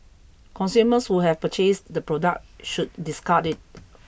consumers who have purchased the product should discard it